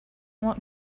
want